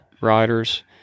riders